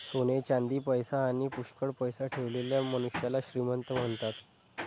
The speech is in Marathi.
सोने चांदी, पैसा आणी पुष्कळ पैसा ठेवलेल्या मनुष्याला श्रीमंत म्हणतात